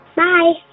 bye